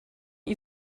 you